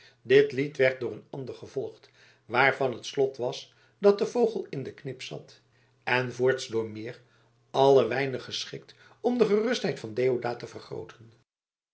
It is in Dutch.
dit lied werd door een ander gevolgd waarvan het slot was dat de vogel in de knip zat en voorts door meer alle weinig geschikt om de gerustheid van deodaat te vergrooten